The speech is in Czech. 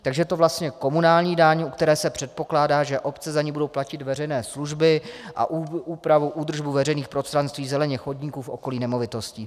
Takže je to vlastně komunální daň, u které se předpokládá, že obce za ni budou platit veřejné služby, úpravu a údržbu veřejných prostranství, zeleně, chodníků v okolí nemovitostí.